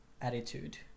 attitude